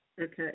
Okay